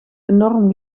enorm